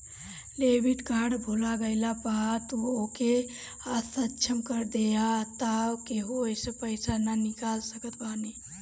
debit card भूला गईला पअ तू ओके असक्षम कर देबाअ तअ केहू ओसे पईसा ना निकाल सकत बाटे